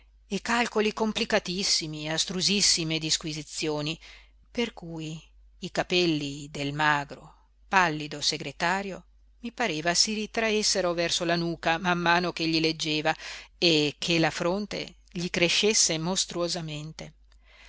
e calcoli complicatissimi e astrusissime disquisizioni per cui i capelli del magro pallido segretario mi pareva si ritraessero verso la nuca man mano ch'egli leggeva e che la fronte gli crescesse mostruosamente